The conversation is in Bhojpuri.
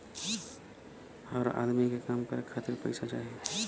हर अदमी के काम करे खातिर पइसा चाही